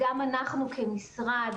אנחנו כמשרד,